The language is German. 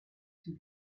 sie